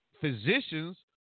physicians